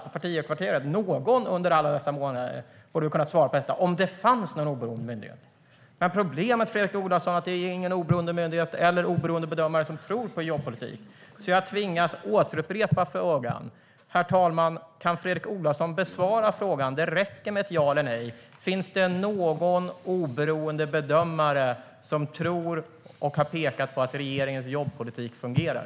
Någon borde väl under alla dessa månader ha kunnat ange någon oberoende myndighet som tycker så? Men problemet, Fredrik Olovsson, är att det inte finns någon oberoende myndighet eller oberoende bedömare som tror på er jobbpolitik. Jag tvingas återupprepa frågan, herr talman. Kan Fredrik Olovsson besvara frågan? Det räcker med ja eller nej. Finns det någon oberoende bedömare som tror på och har pekat på att regeringens jobbpolitik fungerar?